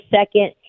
second